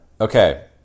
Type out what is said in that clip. Okay